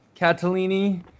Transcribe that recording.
Catalini